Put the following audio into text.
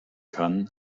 kann